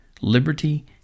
liberty